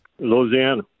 Louisiana